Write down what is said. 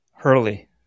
Hurley